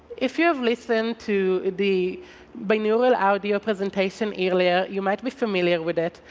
if you have listened to the binaural audio presentation earlier, you might be familiar with it,